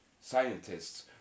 scientists